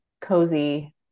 cozy